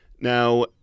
Now